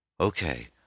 Okay